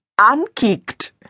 unkicked